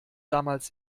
damals